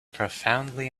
profoundly